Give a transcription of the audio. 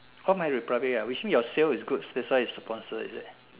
oh my republic ah which means your sales is good that's why is sponsored is it